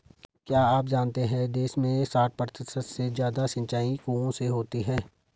क्या आप जानते है देश में साठ प्रतिशत से ज़्यादा सिंचाई कुओं से होती है?